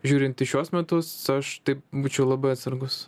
žiūrint į šiuos metus aš taip būčiau labai atsargus